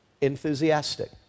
enthusiastic